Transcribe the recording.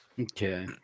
Okay